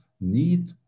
need